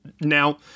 Now